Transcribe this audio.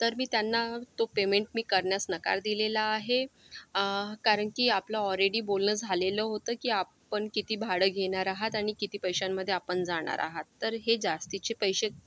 तर मी त्यांना तो पेमेंट मी करण्यास नकार दिलेला आहे कारण की आपलं ऑरेडी बोलणं झालेलं होतं की आपण किती भाडं घेणार आहात आणि किती पैशांमधे जाणार आहात तर हे जास्तीचे पैसे